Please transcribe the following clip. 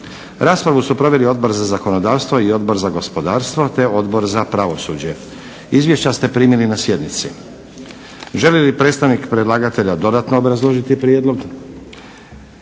Raspravu su proveli Odbor za zakonodavstvo i Odbor za gospodarstvo, te Odbor za pravosuđe. Izvješća ste primili na sjednici. Želi li predstavnik predlagatelja dodatno obrazložiti prijedlog?